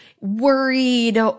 worried